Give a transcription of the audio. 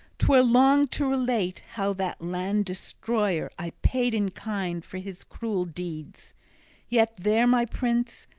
twere long to relate how that land-destroyer i paid in kind for his cruel deeds yet there, my prince,